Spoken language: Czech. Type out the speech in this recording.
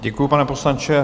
Děkuju, pane poslanče.